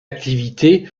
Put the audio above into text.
activité